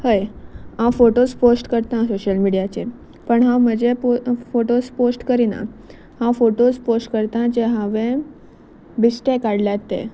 हय हांव photos post करता सोशल मिडियाचेर पण हांव म्हजे पो फोटोज पोस्ट करिना हांव फोटोज पोस्ट करता जे हांवे बिश्टें काडल्यात ते